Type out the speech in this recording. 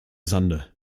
sande